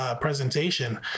presentation